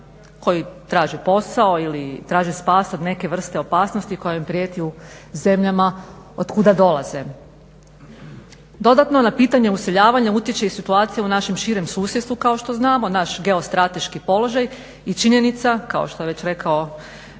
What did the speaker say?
koji traže posao ili traže spas od neke vrste opasnosti koja im prijeti u zemljama otkuda dolaze. Dodatno na pitanje useljavanja utječe i situacija u našem širem susjedstvu kao što znamo, naš geostrateški položaj i činjenica, kao što je već rekao